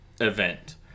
event